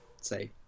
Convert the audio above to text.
say